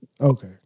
Okay